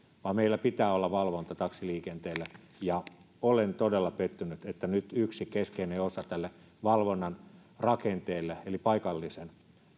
vaan meillä pitää olla valvonta taksiliikenteelle olen todella pettynyt että nyt yksi keskeinen osa tästä valvonnan rakenteesta paikallisen